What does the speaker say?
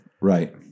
right